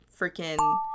freaking